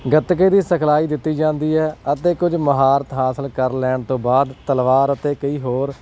ਗਤਕੇ ਦੀ ਸਿਖਲਾਈ ਦਿੱਤੀ ਜਾਂਦੀ ਹੈ ਅਤੇ ਕੁਝ ਮਹਾਰਤ ਹਾਸਲ ਕਰ ਲੈਣ ਤੋਂ ਬਾਅਦ ਤਲਵਾਰ ਅਤੇ ਕਈ ਹੋਰ